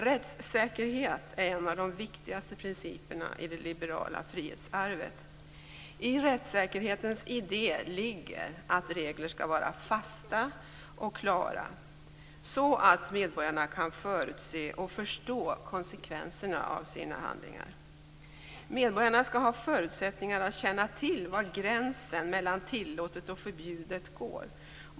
Rättssäkerhet är en av de viktigaste principerna i det liberala frihetsarvet. I rättssäkerhetens idé ligger att regler skall vara fasta och klara så att medborgarna kan förutse och förstå konsekvenserna av sina handlingar. Medborgarna skall ha förutsättningar att känna till var gränsen mellan tillåtet och förbjudet går.